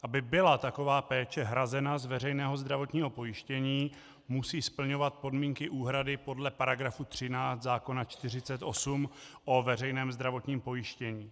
Aby byla taková péče hrazena z veřejného zdravotního pojištění, musí splňovat podmínky úhrady podle § 13 zákona č. 48 o veřejném zdravotním pojištění.